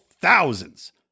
thousands